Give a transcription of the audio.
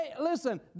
Listen